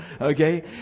Okay